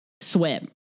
swim